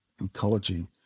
ecology